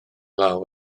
law